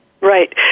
Right